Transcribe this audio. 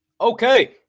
okay